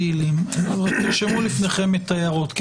תרשמו לפניכם את ההערות.